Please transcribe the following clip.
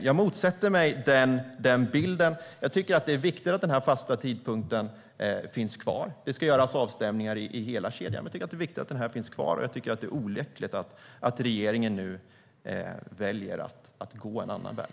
Jag motsätter mig den bilden. Jag tycker att det är viktigt att denna fasta tidpunkt finns kvar. Det ska göras avstämningar i hela kedjan. Därför tycker jag att det är viktigt att den finns kvar, och jag tycker att det är olyckligt att regeringen nu väljer att gå en annan väg.